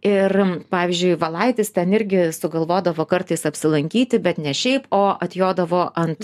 ir pavyzdžiui valaitis ten irgi sugalvodavo kartais apsilankyti bet ne šiaip o atjodavo ant